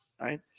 right